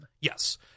yes